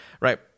Right